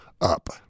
up